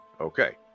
Okay